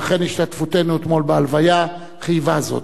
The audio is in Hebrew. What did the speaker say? ואכן השתתפותנו אתמול בהלוויה חייבה זאת.